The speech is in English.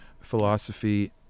philosophy